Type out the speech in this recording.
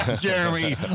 Jeremy